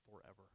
forever